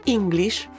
English